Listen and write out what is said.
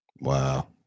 Wow